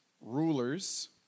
rulers